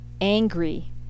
angry